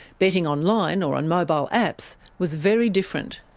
betting online, or on mobile apps, was very different.